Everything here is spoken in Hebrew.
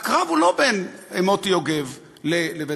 והקרב הוא לא בין מוטי יוגב לבית-המשפט,